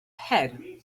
head